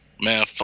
man